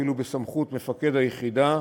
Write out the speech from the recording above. אפילו בסמכות מפקד היחידה.